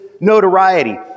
notoriety